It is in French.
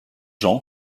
jean